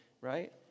right